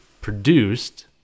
produced